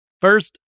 First